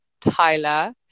Tyler